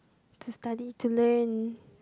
to study to learn